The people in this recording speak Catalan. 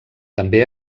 també